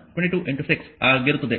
ಆದ್ದರಿಂದ p3 22 6 ಆಗಿರುತ್ತದೆ